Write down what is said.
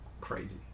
Crazy